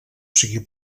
sigui